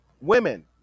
Women